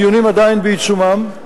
הדיונים עדיין בעיצומם,